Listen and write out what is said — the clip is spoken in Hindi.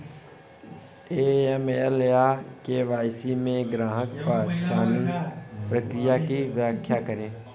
ए.एम.एल या के.वाई.सी में ग्राहक पहचान प्रक्रिया की व्याख्या करें?